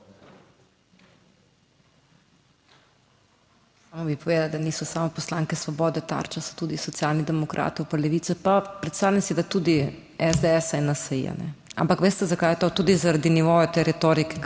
HOT: …povedati, da niso samo poslanke Svobode, tarča so tudi Socialnih demokratov pa Levice, pa predstavljam si, da tudi SDS in NSi. Ampak veste zakaj je to? Tudi zaradi nivoja te retorike,